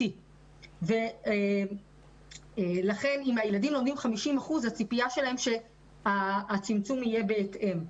אם הילדים לומדים 50% אז הציפייה שלהם היא שהצמצום יהיה בהתאם.